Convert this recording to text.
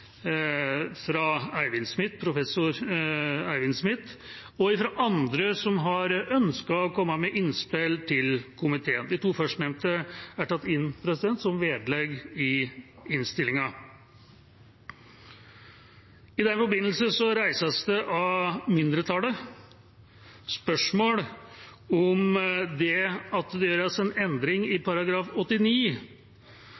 fra professor Eivind Smith og fra andre som har ønsket å komme med innspill til komiteen. De to førstnevnte er tatt inn som vedlegg i innstillinga. I den forbindelse reiser mindretallet spørsmål om det at det gjøres en endring i